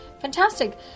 fantastic